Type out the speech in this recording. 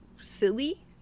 silly